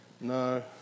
no